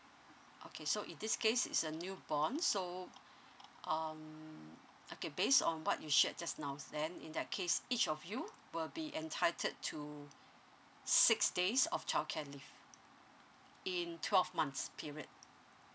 okay so in this case is a new born so um okay based on what you shared just now then in that case each of you will be entitled to six days of childcare leave in twelve months period